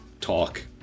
talk